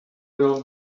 will